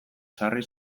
sarri